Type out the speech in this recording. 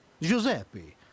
Giuseppe